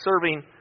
serving